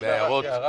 עם הערות.